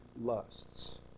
lusts